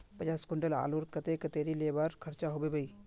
पचास कुंटल आलूर केते कतेरी लेबर खर्चा होबे बई?